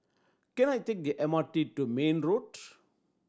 can I take the M R T to Mayne Road